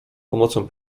pomocą